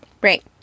Great